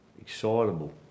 excitable